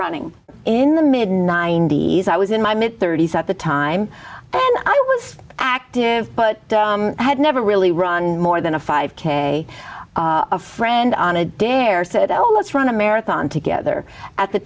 running in the mid ninety's i was in my mid thirty's at the time then i was active but had never really run more than a five k a friend on a dare said oh let's run a marathon together at the